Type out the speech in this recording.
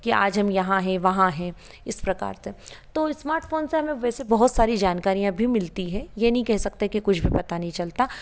की आज हम यहाँ है वहाँ हैं इस प्रकार से तो इस्मार्ट फोन से हमे वैसे बहोत सारी जानकारियाँ भी मिलती हैं ये नहीं कह सकते की कुछ भी पता नहीं चलता